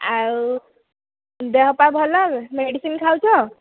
ଆଉ ଦେହ ପା ଭଲ ମେଡ଼ିସିନ୍ ଖାଉଛ